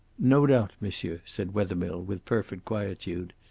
no doubt, monsieur, said wethermill, with perfect quietude.